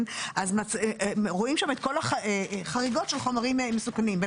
אז רואים שמה את כל החריגות של חומרים מסוכנים,